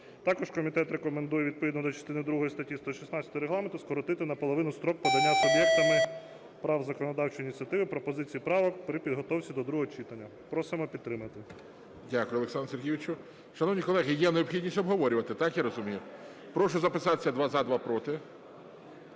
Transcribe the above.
Також комітет рекомендує відповідно до частини другої статті 116 Регламенту скоротити наполовину строк подання суб'єктами прав законодавчої ініціативи пропозицій і правок при підготовці до другого читання. Просимо підтримати. ГОЛОВУЮЧИЙ. Дякую, Олександре Сергійовичу. Шановні колеги, є необхідність обговорювати, так я розумію. Прошу записатися: два –